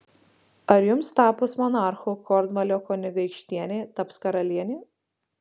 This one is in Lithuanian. ar jums tapus monarchu kornvalio kunigaikštienė taps karaliene